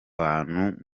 bantu